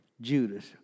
Judas